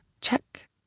Check